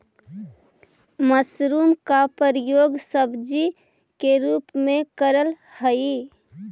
mushroom का प्रयोग सब्जी के रूप में करल हई